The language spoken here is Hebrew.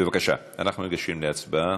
בבקשה, אנחנו ניגשים להצבעה.